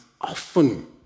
often